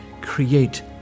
create